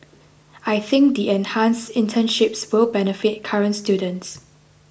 I think the enhanced internships will benefit current students